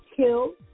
Kill